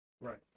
right